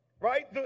Right